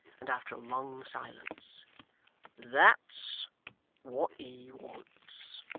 and after a long silence that's what he wants.